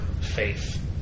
faith